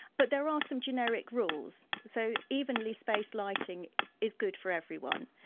but there are some generic rules. so, evenly spaced lighting is good for everyone,